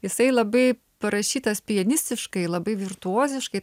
jisai labai parašytas pijanisiškai labai virtuoziškai